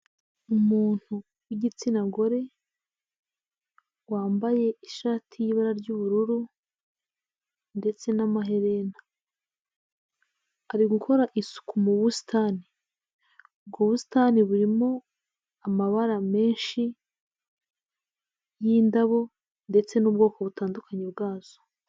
Umuntu w'igitsina gore, wambaye ishati y'ibara ry'ubururu ndetse n'amaherena, ari gukora isuku mu busitani. Ubwo busitani burimo amabara menshi y'indabo ndetse n'ubwoko butandukanye bwazo.